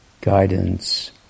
guidance